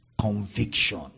conviction